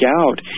out